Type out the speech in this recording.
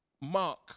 Mark